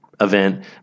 event